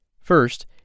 First